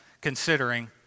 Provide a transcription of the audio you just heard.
considering